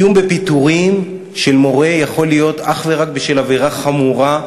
איום על מורה בפיטורים יכול להיות אך ורק בשל עבירה חמורה,